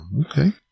Okay